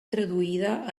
traduïda